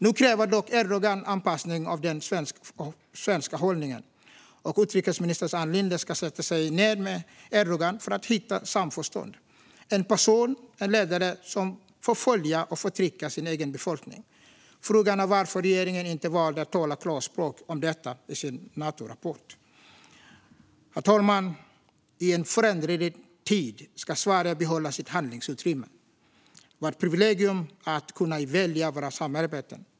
Nu kräver dock Erdogan anpassning av den svenska hållningen, och utrikesminister Ann Linde ska sätta sig ned med Erdogan för att hitta samförstånd - en person och ledare som förföljer och förtrycker sin egen befolkning. Frågan är varför regeringen inte valde att tala klarspråk om detta i sin Natorapport. Herr talman! I en föränderlig tid ska Sverige behålla sitt handlingsutrymme. Vårt privilegium är att kunna välja våra samarbeten.